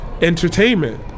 entertainment